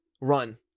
run